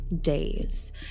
days